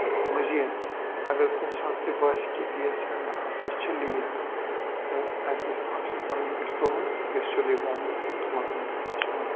تہٕ مٔزیٖد اگر کُنہِ ساتہٕ تہِ باسہِ کہِ گیس سِلینٛڈَر ہسا چھِ لیٖک تہٕ اسہِ گَژھِ اَکھ چیٖز کَرُن یہِ گَژھِ تُلُن تہٕ یہِ گَژھِ سیٚودُے والُن بۄن تہٕ مَکلاوُن اَمِچ کٲم